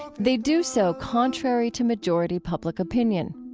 they do so contrary to majority public opinion.